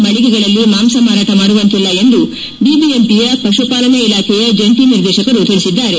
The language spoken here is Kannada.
ಮಳಿಗೆಗಳಲ್ಲಿ ಮಾಂಸ ಮಾರಾಟ ಮಾಡುವಂತಿಲ್ಲ ಎಂದು ಬಿಬಿಎಂಪಿಯ ಪಶುಪಾಲನೆ ಇಲಾಖೆಯ ಜಂಟಿ ನಿರ್ದೇಶಕರು ತಿಳಿಸಿದ್ದಾರೆ